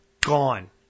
Gone